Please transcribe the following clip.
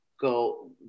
go